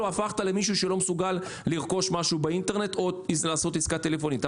הפכת למישהו שלא מסוגל לרכוש משהו באינטרנט או לעשות עסקה טלפונית.